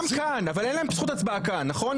גם כאן, אבל אין להם זכות הצבעה כאן, נכון?